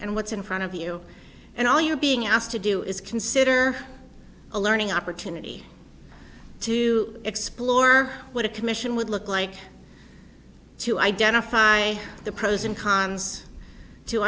and what's in front of you and all you are being asked to do is consider a learning opportunity to explore what a commission would look like to identify the pros and cons to